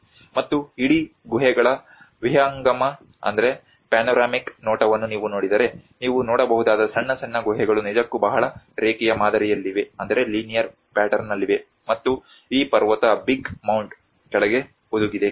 ಮತ್ತು ಇಡೀ ಗುಹೆಗಳ ವಿಹಂಗಮ ನೋಟವನ್ನು ನೀವು ನೋಡಿದರೆ ನೀವು ನೋಡಬಹುದಾದ ಸಣ್ಣ ಸಣ್ಣ ಗುಹೆಗಳು ನಿಜಕ್ಕೂ ಬಹಳ ರೇಖೀಯ ಮಾದರಿಯಲ್ಲಿವೆ ಮತ್ತು ಈ ಪರ್ವತ ಬಿಗ ಮೌಂಡ್ ಕೆಳಗೆ ಹುದುಗಿದೆ